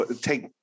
take